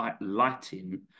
lighting